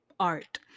art